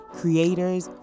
creators